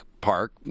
Park